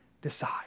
decide